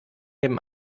dem